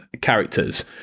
characters